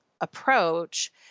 approach